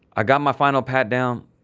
i got my final patdown.